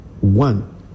one